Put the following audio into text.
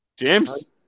James